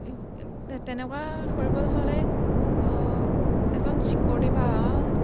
তেনেকুৱা কৰিবলৈ হ'লে এজন ছিকৰটি বা